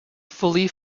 fully